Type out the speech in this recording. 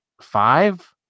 five